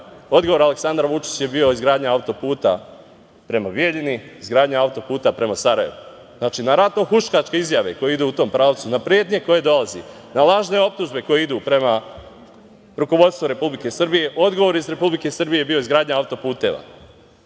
Sarajeva Aleksandra Vučića je bio izgradnja autoputa prema Bijeljini, izgradnja autoputa prema Sarajevu. Na ratno-huškačke izjave koje idu u tom pravcu, na pretnje koje dolaze, na lažne optužbe koje idu prema rukovodstvu Republike Srbije, odgovor Republike Srbije je bio izgradnja autoputeva,